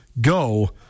Go